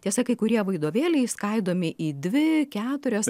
tiesa kai kurie vadovėliai išskaidomi į dvi keturios